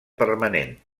permanent